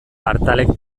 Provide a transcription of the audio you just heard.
partalek